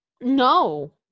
No